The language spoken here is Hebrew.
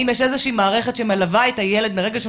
האם יש איזושהי מערכת שמלווה את הילד מהרגע שהוא